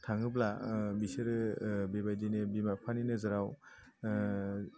थाङोब्ला बिसोरो बेबायदिनो बिमा बिफानि नोजोराव